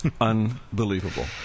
Unbelievable